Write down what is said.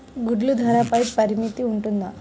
గుడ్లు ధరల పై పరిమితి ఉంటుందా?